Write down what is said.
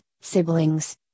siblings